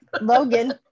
Logan